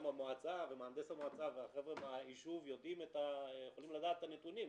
גם המועצה ומהנדס המועצה והחבר'ה ביישוב יכולים לדעת את הנתונים,